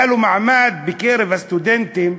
היה לו מעמד בקרב הסטודנטים,